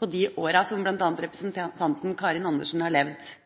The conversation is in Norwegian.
på de årene som bl.a. representanten Karin Andersen har levd.